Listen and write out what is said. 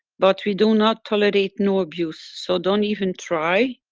but we do not tolerate no abuse, so don't even try,